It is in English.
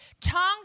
Tongues